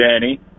Danny